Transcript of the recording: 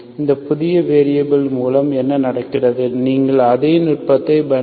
இந்த புதிய வேரியபில் மூலம் என்ன நடக்கிறது நீங்கள் அதே நுட்பத்தைப் பயன்படுத்தலாம் uu